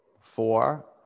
four